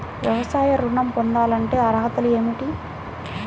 వ్యవసాయ ఋణం పొందాలంటే అర్హతలు ఏమిటి?